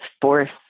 force